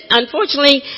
unfortunately